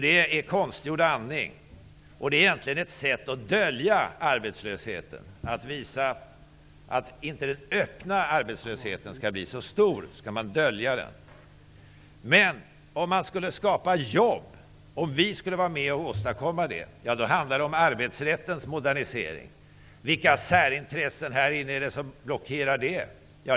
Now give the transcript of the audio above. Det är konstgjord andning och egentligen ett sätt att dölja arbetslösheten. För att den öppna arbetslösheten inte skall se så stor ut skall den döljas. För att vi skall vara med om att skapa jobb krävs en modernisering av arbetsrätten. Vilka särintressen här inne är det som blockerar detta?